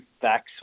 facts